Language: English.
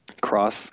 cross